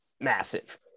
massive